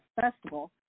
festival